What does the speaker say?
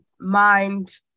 mind